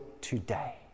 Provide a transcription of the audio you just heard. today